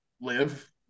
live